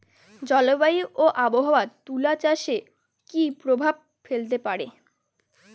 জলবায়ু ও আবহাওয়া তুলা চাষে কি প্রভাব ফেলতে পারে?